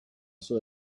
saw